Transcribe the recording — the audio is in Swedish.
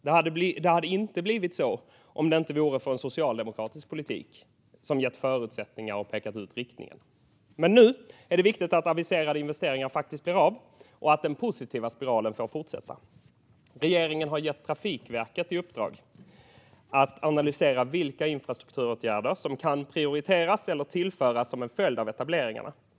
Det hade inte blivit så om det inte vore för att socialdemokratisk politik har gett förutsättningar och pekat ut riktningen. Men nu är det viktigt att aviserade investeringar faktiskt blir av och att den positiva spiralen får fortsätta. Regeringen har gett Trafikverket i uppdrag att analysera vilka infrastrukturåtgärder som kan prioriteras eller tillföras som en följd av etableringarna.